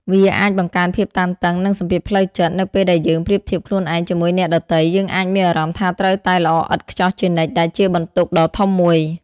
វាអាចបង្កើនភាពតានតឹង និងសម្ពាធផ្លូវចិត្ត នៅពេលដែលយើងប្រៀបធៀបខ្លួនឯងជាមួយអ្នកដទៃ យើងអាចមានអារម្មណ៍ថាត្រូវតែល្អឥតខ្ចោះជានិច្ច ដែលជាបន្ទុកដ៏ធំមួយ។